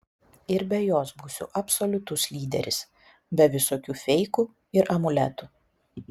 ir be jos būsiu absoliutus lyderis be visokių feikų ir amuletų